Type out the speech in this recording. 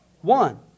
One